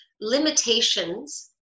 limitations